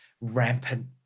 rampant